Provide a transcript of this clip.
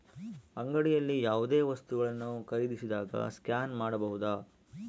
ಅಂಗಡಿಯಲ್ಲಿ ಯಾವುದೇ ವಸ್ತುಗಳನ್ನು ಖರೇದಿಸಿದಾಗ ಸ್ಕ್ಯಾನ್ ಮಾಡಬಹುದಾ?